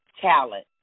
talent